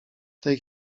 tej